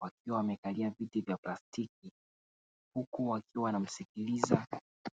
wakiwa wamekalia viti vya plastiki, huku wakiwa wana msikiliza